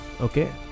Okay